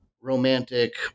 romantic